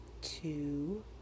two